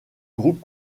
groupe